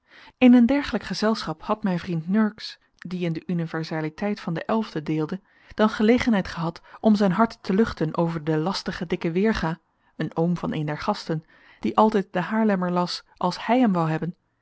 in een dergelijk gezelschap had mijn vriend nurks die in de universaliteit van den elfden deelde dan gelegenheid gehad om zijn hart te luchten over den lastigen dikken weerga een oom van een der gasten die altijd den haarlemmer las als hij hem wou hebben